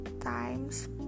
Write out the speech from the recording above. times